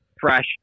fresh